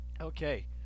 Okay